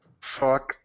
Fuck